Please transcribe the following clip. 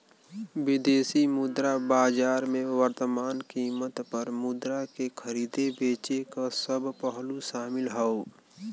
विदेशी मुद्रा बाजार में वर्तमान कीमत पर मुद्रा के खरीदे बेचे क सब पहलू शामिल हौ